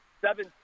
seven